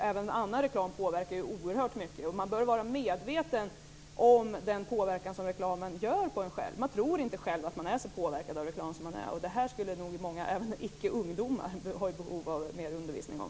Även annan reklam påverkar oerhört mycket. Man bör vara medveten om den påverkan reklamen har på en själv. Man tror inte själv att man är så påverkad av reklam som man är. Det här skulle nog även många ickeungdomar behöva mer undervisning om.